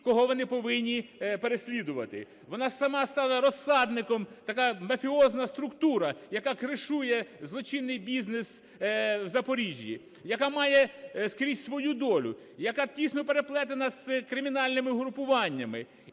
кого вони повинні переслідувати. Вона сама стала розсадником, така мафіозна структура, яка кришує злочинний бізнес в Запоріжжі, яка має скрізь свою долю, яка тісно переплетена з кримінальними угрупуваннями,